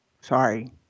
Sorry